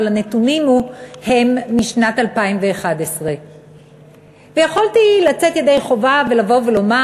אבל הנתונים הם משנת 2011. יכולתי לצאת ידי חובה ולבוא ולומר,